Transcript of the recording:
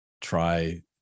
try